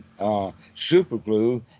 superglue